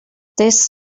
this